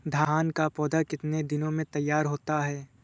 धान का पौधा कितने दिनों में तैयार होता है?